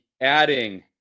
adding